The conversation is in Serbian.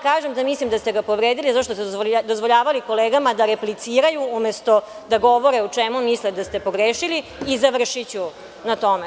Kažem vam, da mislim da ste ga povredili zato što ste dozvoljavali kolegama da repliciraju umesto da govore o čemu misle da ste pogrešili i završiću na tome.